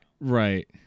Right